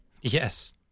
yes